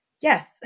Yes